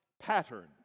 pattern